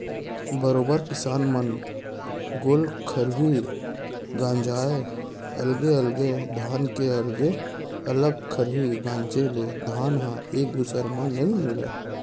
बरोबर किसान मन गोल खरही गांजय अलगे अलगे धान के अलगे अलग खरही गांजे ले धान ह एक दूसर म नइ मिलय